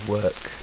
work